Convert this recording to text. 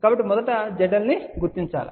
కాబట్టి మొదట zL ను గుర్తించండి